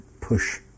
push